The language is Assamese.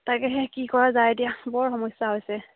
তাকেহে কি কৰা যায় এতিয়া বৰ সমস্যা হৈছে